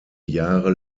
jahre